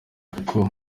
koko